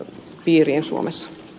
rouva puhemies